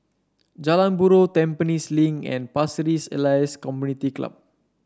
Jalan Buroh Tampines Link and Pasir Ris Elias Community Club